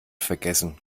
vergessen